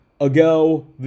ago